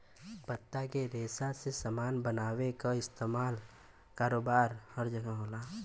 पत्ता के रेशा से सामान बनावे क कारोबार हर जगह होला